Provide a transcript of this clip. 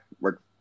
work